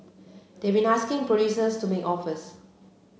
they've been asking producers to make offers